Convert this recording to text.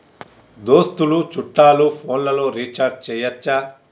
దోస్తులు చుట్టాలు ఫోన్లలో రీఛార్జి చేయచ్చా?